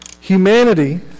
Humanity